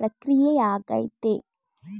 ಪ್ರಕ್ರಿಯೆಯಾಗಯ್ತೆ